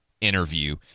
interview